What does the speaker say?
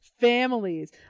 families